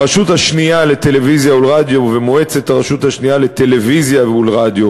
הרשות השנייה לטלוויזיה ולרדיו ומועצת הרשות השנייה לטלוויזיה ולרדיו